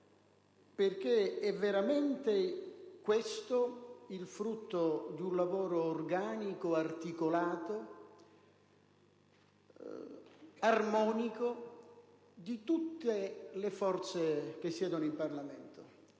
tratta veramente del frutto di un lavoro organico, articolato ed armonico di tutte le forze che siedono in Parlamento.